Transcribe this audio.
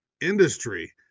industry